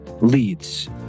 leads